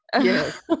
yes